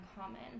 common